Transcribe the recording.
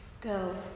go